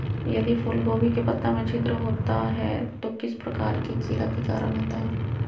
यदि फूलगोभी के पत्ता में छिद्र होता है तो किस प्रकार के कीड़ा के कारण होता है?